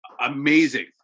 amazing